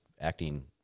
acting